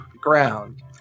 ground